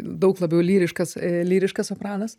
daug labiau lyriškas lyriškas sopranas